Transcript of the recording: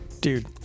dude